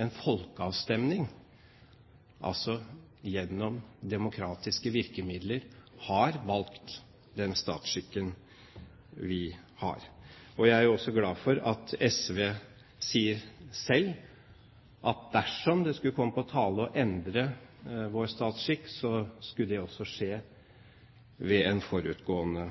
en folkeavstemning, altså gjennom demokratiske virkemidler, har valgt den statsskikken vi har. Jeg er også glad for at SV selv sier at dersom det skulle komme på tale å endre vår statsskikk, skal det skje ved en forutgående